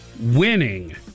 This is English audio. winning